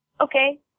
Okay